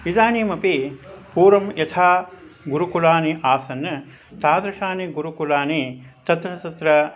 इदानीमपि पूर्वं यथा गुरुकुलानि आसन् तादृशानि गुरुकुलानि तत्र तत्र